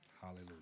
Hallelujah